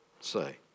say